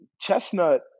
Chestnut